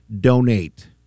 Donate